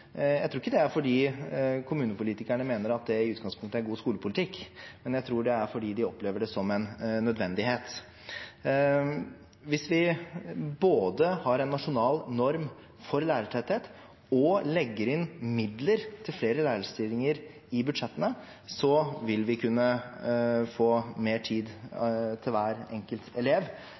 Jeg tror ikke det er fordi kommunepolitikerne mener at det i utgangspunktet er god skolepolitikk, men jeg tror det er fordi de opplever det som en nødvendighet. Hvis vi både har en nasjonal norm for lærertetthet og legger inn midler til flere lærerstillinger i budsjettene, vil man kunne få mer tid til hver enkelt elev